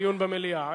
דיון במליאה.